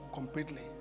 completely